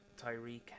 Tyreek